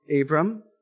Abram